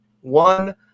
one